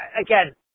again